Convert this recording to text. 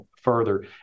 further